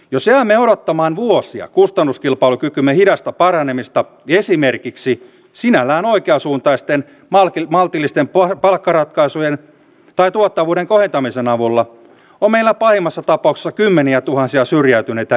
jos jäämme odottamaan vuosia kustannuskilpailukykymme hidasta paranemista esimerkiksi sinällään oikeansuuntaisten maltillisten palkkaratkaisujen tai tuottavuuden kohentamisen avulla on meillä pahimmassa tapauksessa kymmeniätuhansia syrjäytyneitä lisää